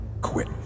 quit